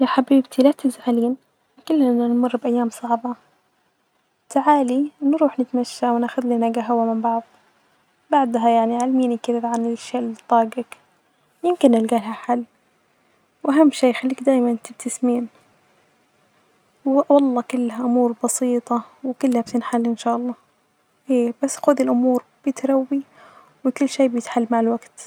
يا حببتي لا تزعلي كلنا بنمر بأيام صعبة، تعالي نروح نتمشي وناخدلنا جهوة من بعض، بعدها يعني عمليني كده عن شول طاجك يمكن ألجلها حل، وأهم شئ أخليكي دايما تبتسمين، و-والله كلها امور بسيطة وكلها أمور بتنحل إن شاء الله إي بس خدي الأمور بتروي وكل شئ بيتحل مع الوجت.